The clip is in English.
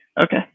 Okay